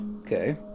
Okay